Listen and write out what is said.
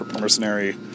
mercenary